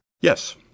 Yes